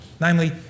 namely